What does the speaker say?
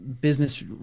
business